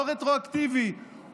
לא רטרואקטיבי,